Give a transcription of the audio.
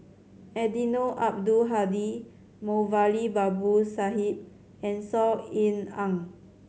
Eddino Abdul Hadi Moulavi Babu Sahib and Saw Ean Ang